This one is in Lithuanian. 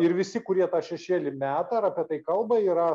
ir visi kurie tą šešėlį meta ir apie tai kalba yra